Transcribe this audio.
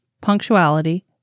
punctuality